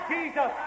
Jesus